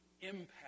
impact